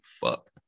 fuck